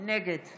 נגד